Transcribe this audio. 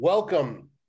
Welcome